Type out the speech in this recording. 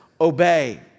obey